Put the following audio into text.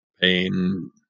pain